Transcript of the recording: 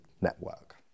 network